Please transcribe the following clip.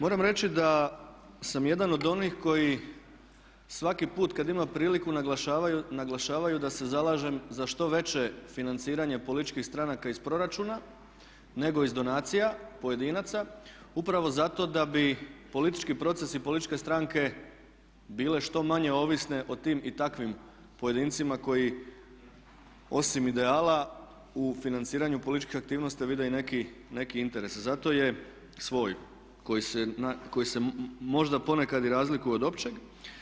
Moram reći da sam jedan od onih koji svaki put kad imam priliku naglašavaju da se zalažem za što veće financiranje političkih stranaka iz proračuna nego iz donacija pojedinaca upravo zato da bi politički proces i političke stranke bile što manje ovisne o tim i takvim pojedincima koji osim ideala u financiranju političkih aktivnosti vide i neki interes, svoj koji se možda ponekad i razlikuje od općeg.